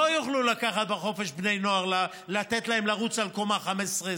לא יוכלו לקחת בחופש בני נוער ולתת להם לרוץ על קומה 15,